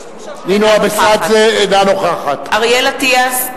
אינה נוכחת אריאל אטיאס,